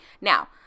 Now